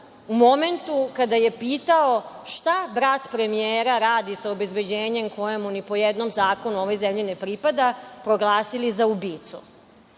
u momentu kada je pitao – šta brat premijera radi sa obezbeđenjem u kojem ni po jednom zakonu u ovoj zemlji ne pripada proglasili za ubicu? Da